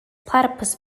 platypus